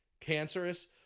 cancerous